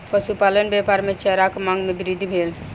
पशुपालन व्यापार मे चाराक मांग मे वृद्धि भेल